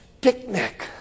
picnic